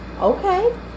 okay